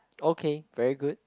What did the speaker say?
okay very good